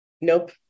nope